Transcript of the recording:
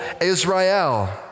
Israel